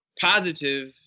positive